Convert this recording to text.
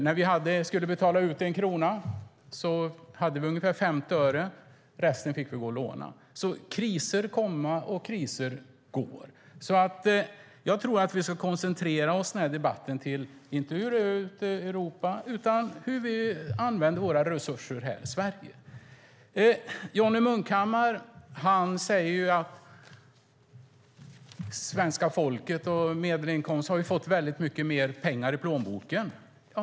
När vi skulle betala en krona hade vi ungefär 50 öre, resten fick vi låna. Kriser kommer och går. Jag tycker att vi i debatten inte ska koncentrera oss på hur det är ute i Europa utan på hur vi använder våra resurser här i Sverige. Johnny Munkhammar säger att svenska folket har fått mer pengar i plånboken.